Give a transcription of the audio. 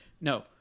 No